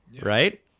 right